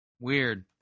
Weird